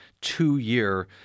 two-year